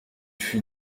fut